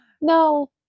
No